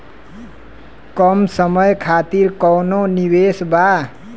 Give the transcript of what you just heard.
कम समय खातिर कौनो निवेश बा?